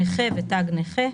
"נכה" ו"תג נכה"